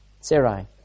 Sarai